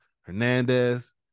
Hernandez